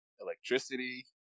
electricity